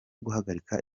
guhagarika